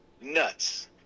nuts